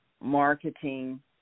marketing